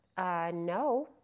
No